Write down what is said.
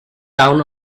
down